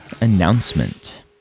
announcement